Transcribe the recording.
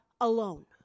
alone